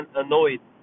annoyed